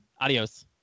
adios